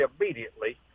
immediately